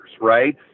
right